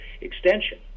extension